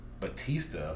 Batista